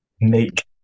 make